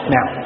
Now